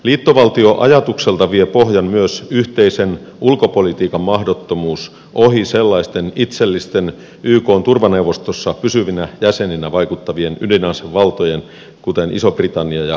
liittovaltioajatukselta vie pohjan myös yhteisen ulkopolitiikan mahdottomuus ohi sellaisten itsellisten ykn turvaneuvostossa pysyvinä jäseninä vaikuttavien ydinasevaltojen kuin ison britannian ja ranskan